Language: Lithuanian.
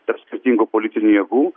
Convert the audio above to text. tarp skirtingų politinių jėgų